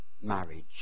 marriage